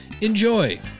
Enjoy